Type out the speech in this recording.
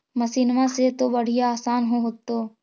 मसिनमा से तो बढ़िया आसन हो होतो?